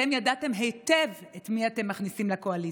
אתם ידעתם היטב את מי אתם מכניסים לקואליציה.